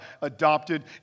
adopted